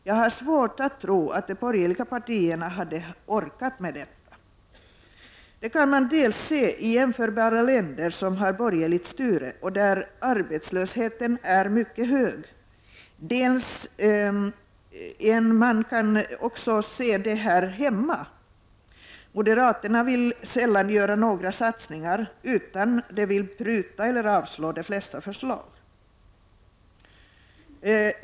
Jag har svårt att tro att de borgerliga partierna hade orkat med detta. Det kan man se dels i de jämförbara länder som har borgerligt styre och där arbetslösheten är mycket hög, dels också här hemma. Moderaterna vill sällan göra några satsningar, utan de vill pruta på eller avslå de flesta förslag.